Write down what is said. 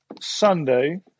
Sunday